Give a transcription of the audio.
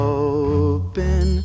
open